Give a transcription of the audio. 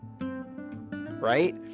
Right